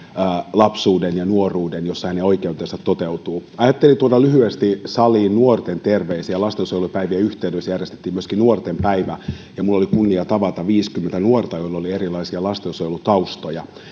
lapsuuden ja nuoruuden jossa hänen oikeutensa toteutuvat ajattelin tuoda lyhyesti saliin nuorten terveisiä lastensuojelupäivien yhteydessä järjestettiin myöskin nuorten päivä ja minulla oli kunnia tavata viisikymmentä nuorta joilla oli erilaisia lastensuojelutaustoja